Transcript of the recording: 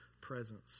presence